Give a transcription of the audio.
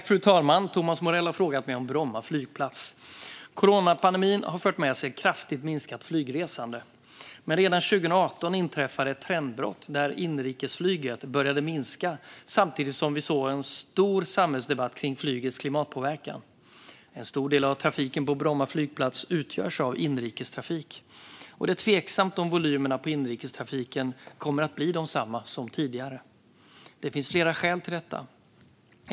Fru talman! Thomas Morell har frågat mig om Bromma flygplats. Coronapandemin har fört med sig ett kraftigt minskat flygresande, men redan 2018 inträffade ett trendbrott där inrikesflyget började minska samtidigt som vi såg en stor samhällsdebatt kring flygets klimatpåverkan. En stor del av trafiken på Bromma flygplats utgörs av inrikestrafik, och det är tveksamt om volymerna på inrikestrafiken kommer att bli desamma som tidigare. Det finns flera skäl till detta.